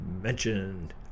mentioned